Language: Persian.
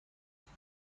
نسخه